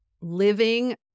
living